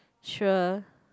sure